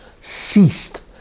ceased